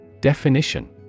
Definition